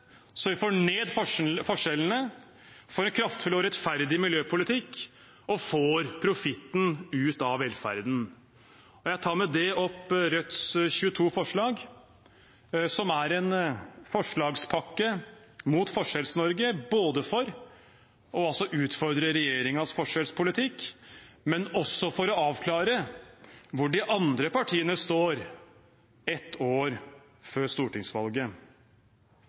forskjellene, får en kraftfull og rettferdig miljøpolitikk og får profitten ut av velferden. Jeg tar med det opp Rødts 22 forslag, som er en forslagspakke mot Forskjells-Norge, både for å utfordre regjeringens forskjellspolitikk og for å avklare hvor de andre partiene står, ett år før stortingsvalget.